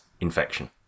infection